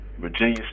Virginia